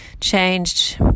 changed